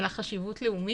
אלא חשיבות לאומית,